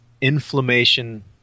inflammation